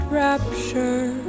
rapture